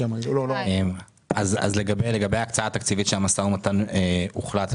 אז לגבי ההקצאה התקציבית שהמשא ומתן הוחלט,